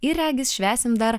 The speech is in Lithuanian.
ir regis švęsim dar